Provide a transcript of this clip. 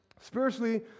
Spiritually